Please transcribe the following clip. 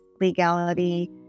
legality